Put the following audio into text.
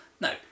No